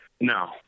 No